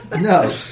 No